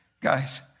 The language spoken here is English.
Guys